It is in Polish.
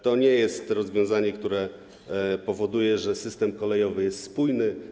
To nie jest rozwiązanie, które powoduje, że system kolejowy jest spójny.